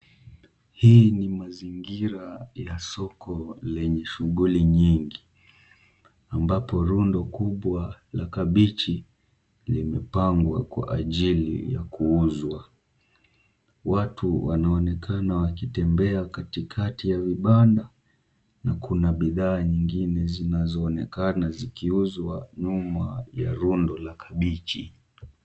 Hii ni mazingira ya soko lenye shughuli nyingi, ambapo rundo kubwa la kabichi limepangwa kwa ajili ya kuuzwa. Watu wanaonekana wakitembea katikati ya vibanda, na kuna bidhaa zingine zinaonekana zikiuzwa nyuma ya rundo la kabichi.